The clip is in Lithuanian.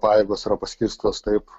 pajėgos yra paskirstytos taip